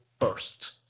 first